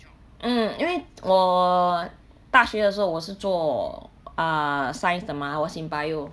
mm 因为我大学的时候我是做 ah science 的吗 I was in biology